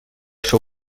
seu